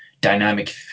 dynamic